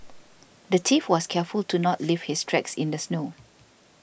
the thief was careful to not leave his tracks in the snow